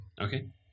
Okay